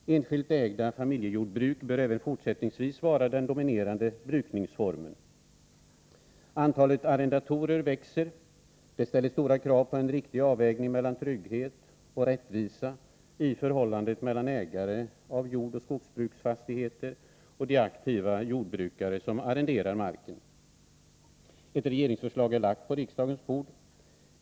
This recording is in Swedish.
Enskilt ägda familjejordbruk bör även fortsättningsvis vara den dominerande brukningsformen. Antalet arrendatorer växer. Det ställer stora krav på en riktig avvägning mellan trygghet och rättvisa i förhållandet mellan ägare av jordbruksoch skogsbruksfastigheter och de aktiva jordbrukare som arrenderar marken. Ett regeringsförslag har lagts på riksdagens bord.